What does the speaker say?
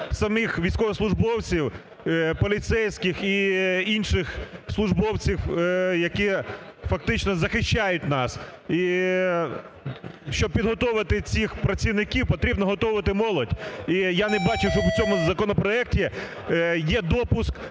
самих військовослужбовців, поліцейських і інших службовців, які фактично захищають нас. І щоб підготовити цих працівників, потрібно готовити молодь. І я не бачу, що в цьому законопроекті є допуск